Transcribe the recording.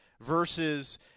versus